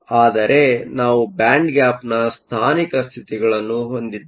ಆದರೆ ನಾವು band gap ಸ್ಥಾನಿಕ ಸ್ಥಿತಿಗಳನ್ನು ಹೊಂದಿದ್ದೇವೆ